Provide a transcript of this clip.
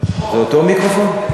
זה אותו מיקרופון?